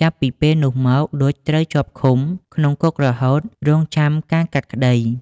ចាប់ពីពេលនោះមក ឌុច ត្រូវជាប់ឃុំ ក្នុងគុករហូតរង់ចាំការកាត់ក្តី។